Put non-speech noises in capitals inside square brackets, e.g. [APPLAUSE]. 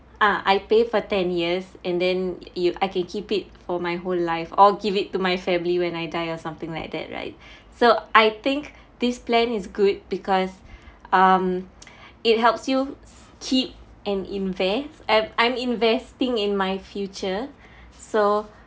ah I pay for ten years and then you I can keep it for my whole life or give it to my family when I die or something like that right [BREATH] so I think this plan is good because um it helps you keep and invest uh I'm investing in my future so